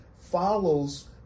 follows